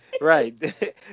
Right